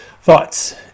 thoughts